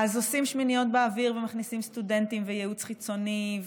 אז עושים שמיניות באוויר ומכניסים סטודנטים וייעוץ חיצוני,